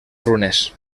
runes